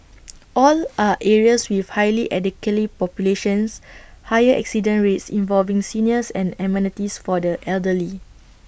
all are areas with highly populations higher accident rates involving seniors and amenities for the elderly